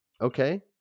Okay